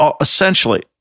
essentially